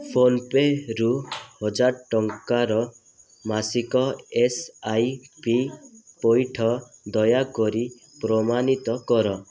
ଫୋନ୍ପେ'ରୁ ହଜାର ଟଙ୍କାର ମାସିକ ଏସ ଆଇ ପି ପଇଠ ଦୟାକରି ପ୍ରମାଣିତ କର